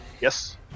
Yes